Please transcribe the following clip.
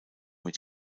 mit